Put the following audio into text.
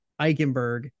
Eichenberg